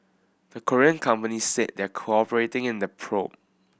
the Korean company said they're cooperating in the probe